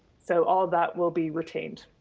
so all of that will be retained.